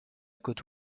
côte